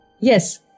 Yes